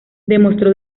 demostró